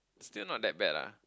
still not that bad lah